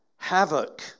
Havoc